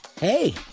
Hey